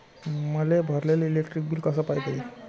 मले भरलेल electric bill कस पायता येईन?